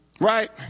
Right